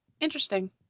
interesting